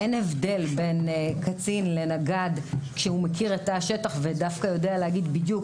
אין הבדל בין קצין לנגד שמכיר את השטח ודווקא יודע להגיד בדיוק,